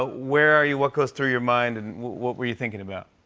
ah where are you, what goes through your mind, and what were you thinking about?